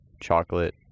chocolate